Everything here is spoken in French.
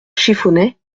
chiffonnet